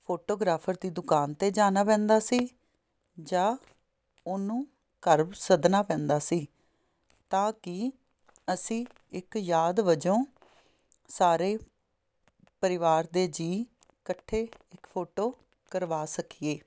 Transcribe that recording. photographer ਦੀ ਦੁਕਾਨ 'ਤੇ ਜਾਣਾ ਪੈਂਦਾ ਸੀ ਜਾਂ ਉਹਨੂੰ ਘਰ ਸੱਦਣਾ ਪੈਂਦਾ ਸੀ ਤਾਂ ਕਿ ਅਸੀਂ ਇੱਕ ਯਾਦ ਵਜੋਂ ਸਾਰੇ ਪਰਿਵਾਰ ਦੇ ਜੀਅ ਇਕੱਠੇ ਇੱਕ ਫੋਟੋ ਕਰਵਾ ਸਕੀਏ